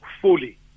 fully